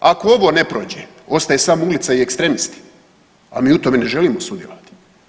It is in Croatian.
Ako ovo ne prođe ostaje samo ulica i ekstremisti, a mi u tome ne želimo sudjelovati.